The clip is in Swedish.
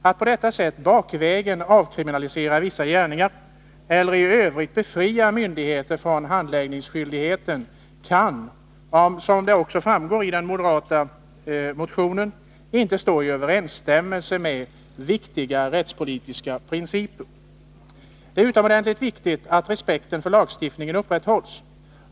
Att på detta sätt ”bakvägen” avkriminalisera vissa gärningar, eller i övrigt befria myndigheter från handläggningsskyldigheten, kan — som också framgår av den moderata motionen -— inte stå i överensstämmelse med viktiga rättspolitiska principer. Det är utomordentligt viktigt att respekten för lagstiftningen upprätthålls.